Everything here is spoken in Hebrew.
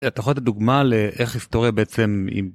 אתה יכול לתת דוגמא לאיך היסטוריה בעצם אם...